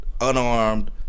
Unarmed